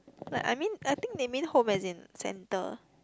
like I mean I think they mean home as in centre